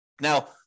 Now